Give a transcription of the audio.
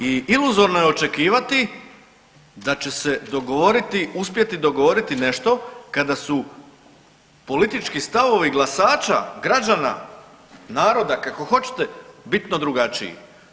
I iluzorno je očekivati da će se dogovoriti, uspjeti dogovoriti nešto kada su politički stavovi glasača, građana, naroda kako hoćete bitno drugačiji.